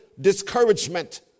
discouragement